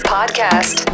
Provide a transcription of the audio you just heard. Podcast